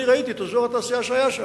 אני ראיתי את אזור התעשייה שהיה שם.